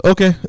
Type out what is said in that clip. Okay